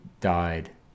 died